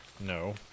no